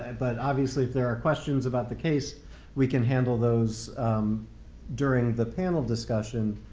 and but obviously if there are questions about the case we can handle those during the panel discussion.